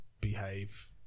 behave